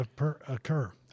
occur